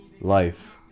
life